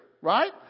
right